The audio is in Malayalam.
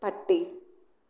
പട്ടി